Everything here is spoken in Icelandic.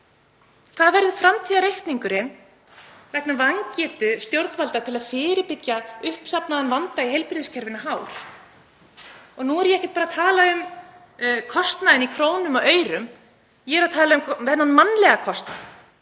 hár verður framtíðarreikningurinn vegna vangetu stjórnvalda til að fyrirbyggja uppsafnaðan vanda í heilbrigðiskerfinu? Nú er ég ekki bara að tala um kostnaðinn í krónum og aurum. Ég er að tala um mannlega kostnaðinn,